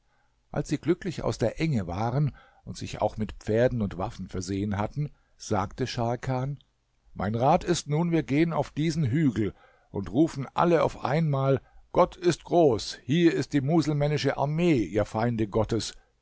als sie glücklich aus der enge waren und sich auch mit pferden und waffen versehen hatten sagte scharkan mein rat ist nun wir gehen auf diesen hügel und rufen alle auf einmal gott ist groß hier ist die muselmännische armee ihr feinde gottes